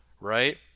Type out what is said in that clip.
right